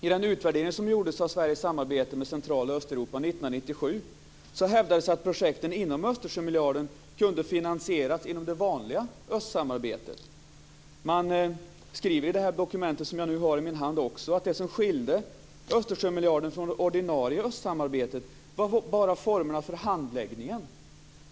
I utvärderingen av Sveriges samarbete med Central och Östeuropa 1997 hävdades det att projekten inom Östersjömiljarden kunde finansieras inom det vanliga östsamarbetet. I det dokument som jag nu har i min hand står det också att det som skilde Östersjömiljarden från det ordinarie östsamarbetet bara var formerna för handläggningen.